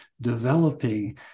developing